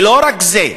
ולא רק זה,